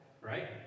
right